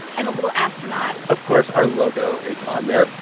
and a little astronaut of course our logo is on there.